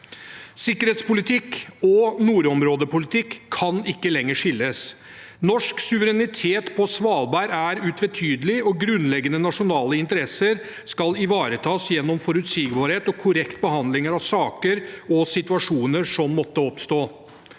Sikkerhetspolitikk og nordområdepolitikk kan ikke lenger skilles. Norsk suverenitet på Svalbard er utvetydig, og grunnleggende nasjonale interesser skal ivaretas gjennom forutsigbarhet og korrekt behandling av saker og situasjoner som måtte oppstå.